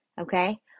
Okay